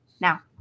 now